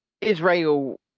Israel